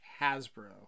Hasbro